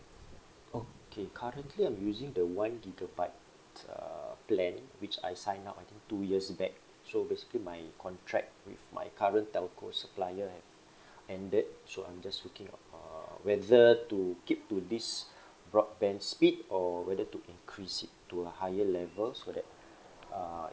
okay currently I'm using the one gigabyte uh plan which I signed up I think two years back so basically my contract with my current telco supplier have ended so I'm just looking up uh whether to keep to this broadband speed or whether to increase it to a higher level so that uh